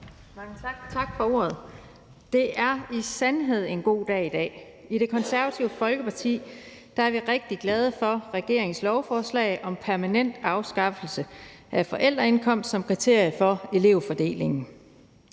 Tak for ordet. Det er i sandhed en god dag i dag. I Det Konservative Folkeparti er vi rigtig glade for regeringens lovforslag om permanent afskaffelse af forældreindkomst som kriterie for elevfordeling.